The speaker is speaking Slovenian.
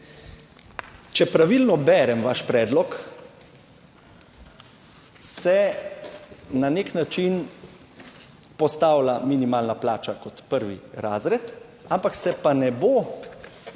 Če pravilno berem vaš predlog, se na nek način postavlja minimalna plača kot prvi razred, ampak se pa ne bo